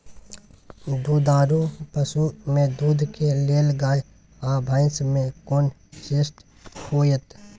दुधारू पसु में दूध के लेल गाय आ भैंस में कोन श्रेष्ठ होयत?